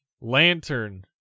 Lantern